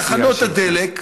בתחנות הדלק,